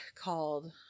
called